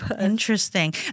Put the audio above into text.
interesting